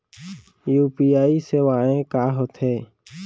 UPI सेवाएं का होथे?